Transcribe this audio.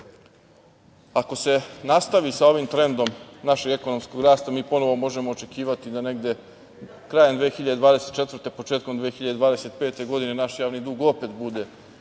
se nastavi sa ovim trendom našeg ekonomskog rasta, mi ponovo možemo očekivati da negde krajem 2024. početkom 2025. godine naš javni dug opet bude